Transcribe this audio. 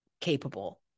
capable